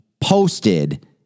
posted